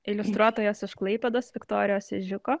iliustruotojos iš klaipėdos viktorijos ežiuko